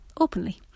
openly